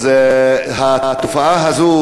התופעה הזאת,